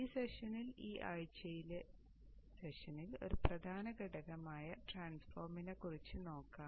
ഈ സെഷനിൽ ഈ ആഴ്ചയിലെ സെഷനിൽ ഒരു പ്രധാന ഘടകമായ ട്രാൻസ്ഫോർമറിനെ കുറിച്ച് നോക്കാം